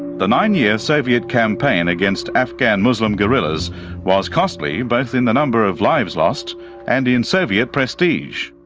the nine-year soviet campaign against afghan muslim guerrillas was costly, both in the number of lives lost and in soviet prestige.